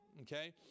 okay